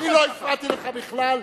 אני לא הפרעתי לך בכלל.